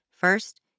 First